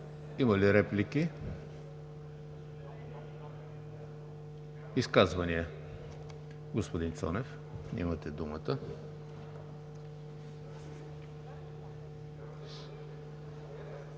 Има ли реплики? Изказвания? Господин Цонев, имате думата.